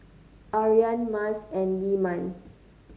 Aryan Mas and Leman